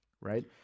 right